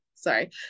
sorry